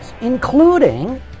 including